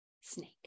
snake